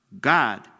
God